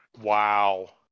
Wow